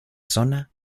zona